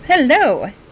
Hello